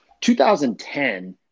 2010